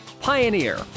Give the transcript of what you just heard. Pioneer